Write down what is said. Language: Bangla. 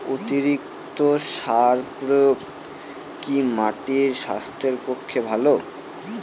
অতিরিক্ত সার প্রয়োগ কি মাটির স্বাস্থ্যের পক্ষে ভালো?